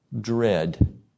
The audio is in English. dread